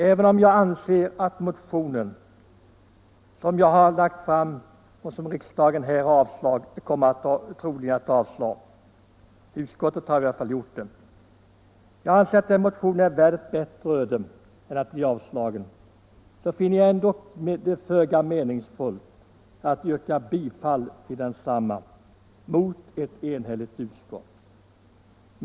Även om jag anser att den motion som jag har väckt och som riksdagen troligen kommer att avslå — utskottet har avstyrkt den — är värd ett bättre öde finner jag det föga meningsfullt att yrka bifall till densamma mot ett enhälligt utskott.